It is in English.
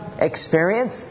experience